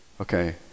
okay